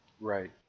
Right